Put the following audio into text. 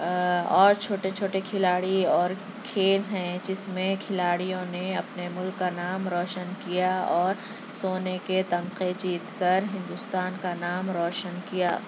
آ اور چھوٹے چھوٹے کھلاڑی اور کھیل ہیں جس میں کھلاڑیوں نے اپنے مُلک کا نام روشن کیا اور سونے کے تمغے جیت کر ہندوستان کا نام روشن کیا